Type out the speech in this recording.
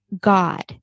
God